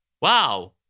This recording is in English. Wow